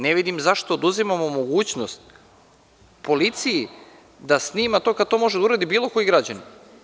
Ne vidim zašto oduzimamo mogućnost policiji da snima to, kad to može da uradi bilo koji građanin?